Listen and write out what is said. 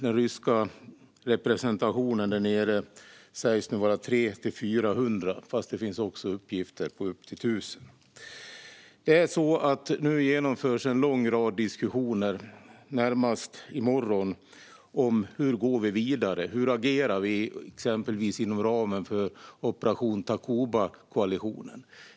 Den ryska representationen där nere sägs nu vara 300-400, fast det finns också uppgifter om upp till 1 000. Nu genomförs en lång rad diskussioner, närmast i morgon, om hur vi ska gå vidare och hur vi ska agera exempelvis inom ramen för koalitionen för operation Takuba.